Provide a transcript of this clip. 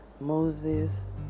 Moses